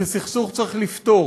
שסכסוך צריך לפתור,